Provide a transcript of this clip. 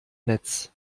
netz